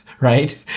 Right